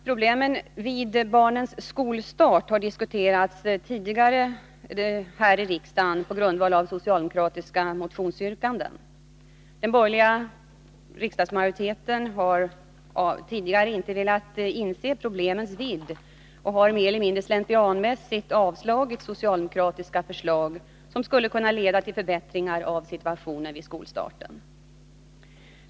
Problemen vid barnens skolstart har förut diskuteras här i riksdagen på grundval av socialdemokratiska motionsyrkanden. Den borgerliga riksdagsmajoriteten har tidigare inte velat inse problemens vidd och har mer eller mindre slentrianmässigt avslagit socialdemokratiska förslag, som hade kunnat leda till förbättringar av situationen vid skolstarten.